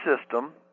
system